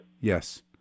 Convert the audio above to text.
Yes